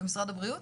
במשרד הבריאות?